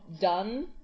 done